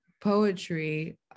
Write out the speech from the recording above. poetry